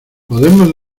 podemos